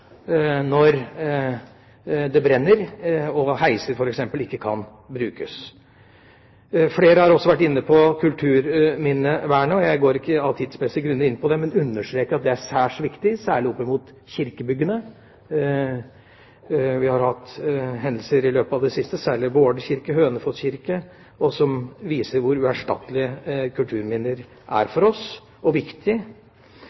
når det brenner og heiser f.eks. ikke kan brukes. Flere har også vært inne på kulturminnevernet. Av tidsmessige grunner går jeg ikke inn på det, men understreker at det er særs viktig, særlig opp imot kirkebyggene. Vi har hatt hendelser i løpet av det siste, særlig Våler kirke og Hønefoss kirke, som viser hvor uerstattelige og viktige kulturminner er